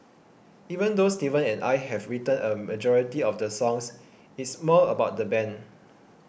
even though Steven and I have written a majority of the songs it's more about the band